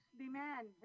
demand